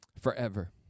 forever